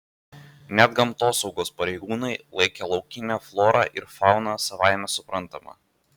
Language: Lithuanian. net gamtosaugos pareigūnai laikė laukinę florą ir fauną savaime suprantama